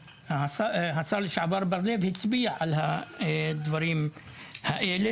והשר בר לב הצביע על היכולות האלה,